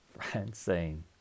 Francine